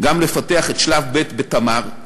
גם לפתח את שלב ב' ב"תמר"